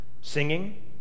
singing